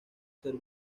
ser